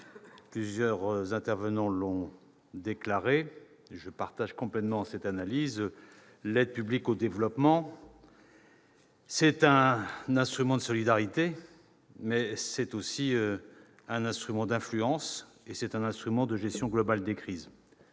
certains orateurs l'ont dit, et je partage complètement leur analyse -: l'aide publique au développement est un instrument de solidarité, mais aussi un instrument d'influence, et un instrument de gestion globale des crises.